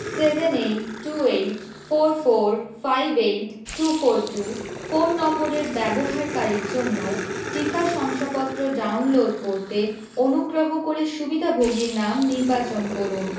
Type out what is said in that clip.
seven eight two আট four four five eight two four two phone নম্বরের ব্যবহারকারীর জন্য টিকা শংসাপত্র ডাউনলোড করতে অনুগ্রহ করে সুবিধাভোগীর নাম নির্বাচন করুন